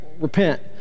repent